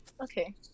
okay